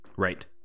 Right